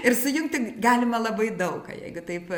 ir sujungti galima labai daug ką jeigu taip